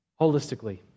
Holistically